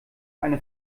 eine